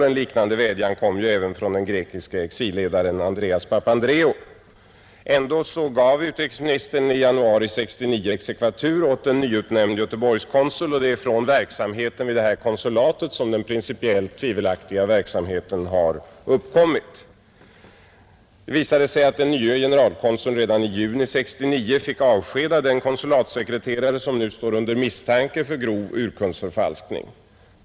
En liknande vädjan kom även från den grekiske exilledaren Andreas Papandreo. Ändå gav utrikesministern i januari 1969 exekvatur åt en nyutnämnd göteborgskonsul. Det är vid det konsulatet som den principiellt tvivelaktiga verksamheten har uppkommit. Nu visar det sig att den nye generalkonsuln redan i juni 1969 fick avskeda den konsulatsekreterare som nu står under misstanke för grov urkundsförfalskning.